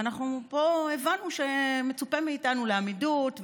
ופה הבנו שמצופה מאיתנו לעמידות,